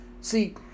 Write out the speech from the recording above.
See